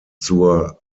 zur